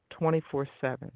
24-7